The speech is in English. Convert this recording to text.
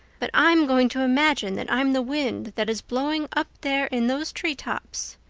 but i'm going to imagine that i'm the wind that is blowing up there in those tree tops.